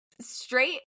straight